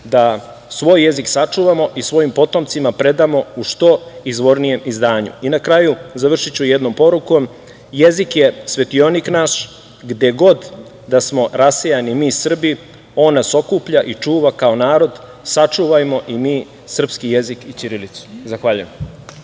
da svoj jezik sačuvamo i svojim potomcima predamo u što izvornijem izdanju. Na kraju ću završiti jednom porukom – jezik je svetionik naš. Gde god da smo rasejani mi Srbi on nas okuplja i čuva kao narod. Sačuvajmo i mi srpski jezik i ćirilicu. Zahvaljujem.